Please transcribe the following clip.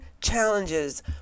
challenges